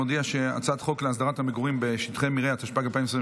הצעת חוק להסדרת המגורים בשטחי מרעה, התשפ"ג 2023,